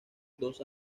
dos